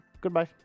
Goodbye